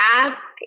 ask